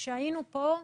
כשהיינו כאן,